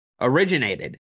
originated